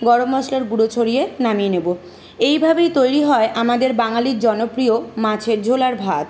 গরম মশলার গুঁড়ো ছড়িয়ে নামিয়ে নেবো এইভাবেই তৈরি হয় আমাদের বাঙালির জনপ্রিয় মাছের ঝোল আর ভাত